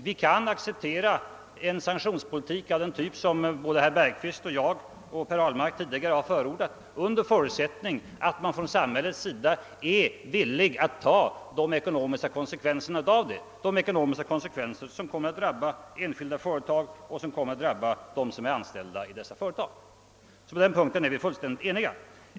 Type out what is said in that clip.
Vi kan acceptera en sanktionspolitik av den typ som herr Bergqvist och jag och herr Ahlmark tidigare har förordat, under förutsättning att man från samhällets sida är villig att ta de ekonomiska konsekvenserna av det, de ekonomiska konsekvenser som kommer att drabba enskilda företag och dem som är anställda i dessa företag. På den punkten är vi fullständigt eniga.